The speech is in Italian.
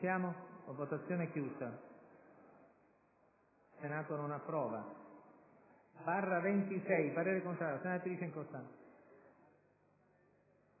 Grazie